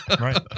Right